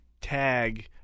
tag